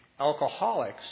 alcoholics